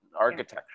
architecture